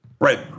Right